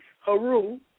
Haru